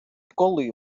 коли